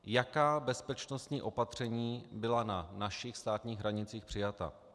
Jaká bezpečnostní opatření byla na našich státních hranicích přijata?